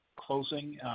closing